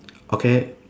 okay